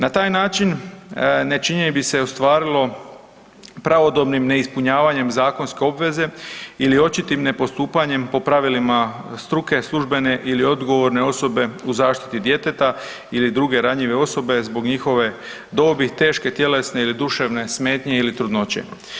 Na taj način nečinjene bi se ostvarilo pravodobnim neispunjavanjem zakonske obveze ili očitim ne postupanjem po pravilima struke službene ili odgovorne osobe u zaštiti djeteta ili druge ranjive osobe zbog njihove dobi, teške tjelesne ili duševne smetnje ili trudnoće.